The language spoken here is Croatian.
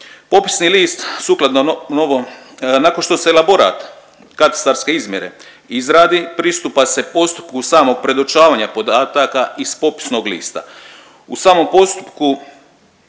Popisni list sukladno novom, nakon što se elaborat katastarske izmjere izradi pristupa se postupku samog predočavanja podataka iz popisnog lista. U samom postupku